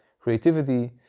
creativity